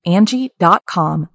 Angie.com